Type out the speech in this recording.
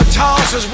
tosses